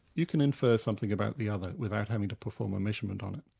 you can infer something about the other without having to perform a measurement on it.